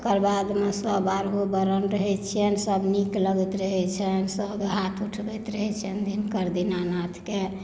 तकर बाद सभ बारहो वर्ण रहै छियन सभ नीक लगैत रहैत छियन सभ हाथ उठबैत रहैत छियन दिनकर दीनानाथके